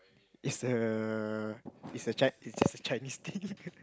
it's the it's the chi~ its the Chinese thing